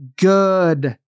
Good